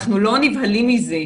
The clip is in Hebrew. אנחנו לא נבהלים מזה,